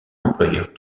employeur